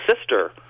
sister